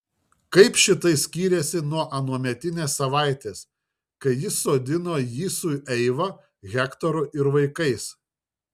kaip šitai skyrėsi nuo anuometinės savaitės kai jis sodino jį su eiva hektoru ir vaikais